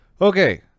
Okay